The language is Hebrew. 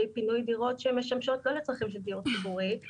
פינוי דירות שמשמשות לא לצרכים של דיור ציבורי,